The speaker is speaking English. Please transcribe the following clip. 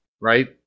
right